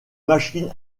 machines